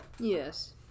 yes